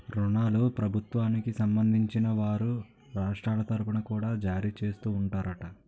ఋణాలను ప్రభుత్వానికి సంబంధించిన వారు రాష్ట్రాల తరుపున కూడా జారీ చేస్తూ ఉంటారట